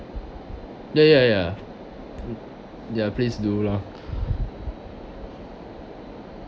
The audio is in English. ya ya ya ya please do lah